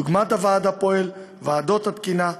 דוגמת הוועד הפועל וועדות התקינה,